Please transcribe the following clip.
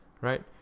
right